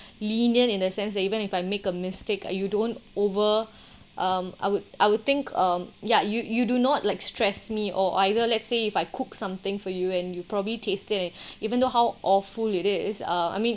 lenient in the sense that even if I make a mistake you don't over um I would I would think um ya you you do not like stress me or either let's say if I cook something for you and you probably tasted even though how awful it is uh I mean